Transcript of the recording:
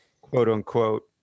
quote-unquote